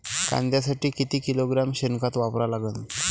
कांद्यासाठी किती किलोग्रॅम शेनखत वापरा लागन?